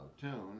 tune